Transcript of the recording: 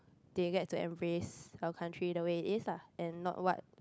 they get to embrace our country the way it is lah and not what